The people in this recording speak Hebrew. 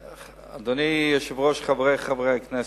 אדוני היושב-ראש, חברי חברי הכנסת,